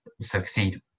succeed